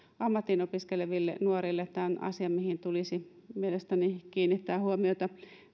ammattiin opiskeleville nuorille tämä on asia mihin tulisi mielestäni kiinnittää huomiota